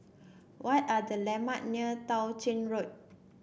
what are the landmark near Tao Ching Road